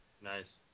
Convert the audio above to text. Nice